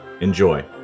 Enjoy